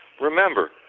remember